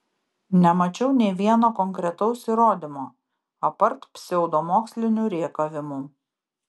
nemačiau nė vieno konkretaus įrodymo apart pseudomokslinių rėkavimų